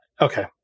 Okay